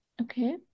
Okay